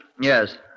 Yes